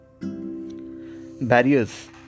barriers